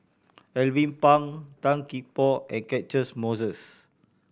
Alvin Pang Tan Gee Paw and Catchick Moses